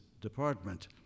department